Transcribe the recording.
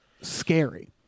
scary